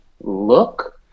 look